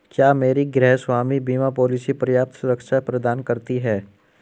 क्या मेरी गृहस्वामी बीमा पॉलिसी पर्याप्त सुरक्षा प्रदान करती है?